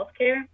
healthcare